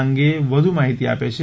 આ અંગે વધુ માહિતી આપે છે